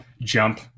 jump